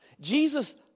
Jesus